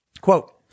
Quote